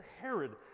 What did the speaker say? Herod